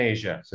Asia